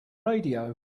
radio